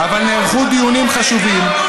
אבל נערכו דיונים חשובים,